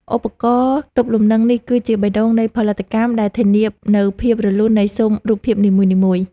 ឧបករណ៍ទប់លំនឹងនេះគឺជាបេះដូងនៃផលិតកម្មដែលធានានូវភាពរលូននៃស៊ុមរូបភាពនីមួយៗ។